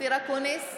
אופיר אקוניס,